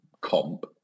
comp